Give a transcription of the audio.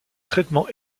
traitement